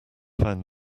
found